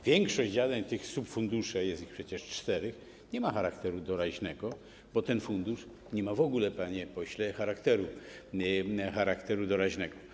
Większość zadań tych subfunduszy, a jest ich przecież cztery, nie ma charakteru doraźnego, bo ten fundusz nie ma w ogóle, panie pośle, charakteru doraźnego.